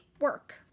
work